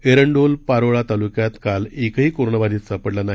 एरंडोल पारोळा तालुक्यात काल एकही कोरोनाबाधित सापडला नाही